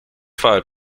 fire